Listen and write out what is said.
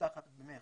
נפתחת במרץ,